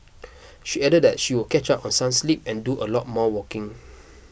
she added that she would catch up on some sleep and do a lot more walking